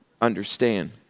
understand